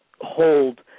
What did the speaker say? hold